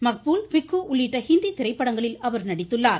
மக்பூல் பிக்கூ உள்ளிட்ட ஹிந்தி திரைப்படங்களில் அவர் நடித்துள்ளார்